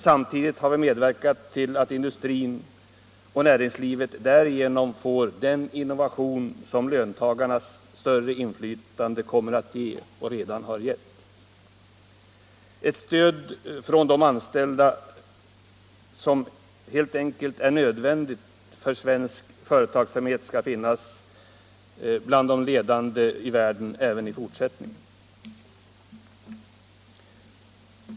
Samtidigt har vi medverkat till att industrin och näringslivet därigenom får den innovation som löntagarnas större inflytande kommer att ge och redan har gett — ett stöd från de anställda som helt enkelt är nödvändigt för att svensk företagsamhet skall finnas bland de ledande i världen även i fortsättningen.